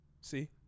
See